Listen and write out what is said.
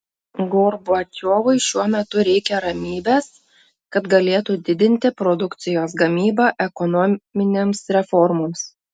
gorbačiovui šiuo metu reikia ramybės kad galėtų didinti produkcijos gamybą ekonominėms reformoms